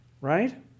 right